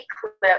clip